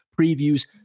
previews